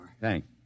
Thanks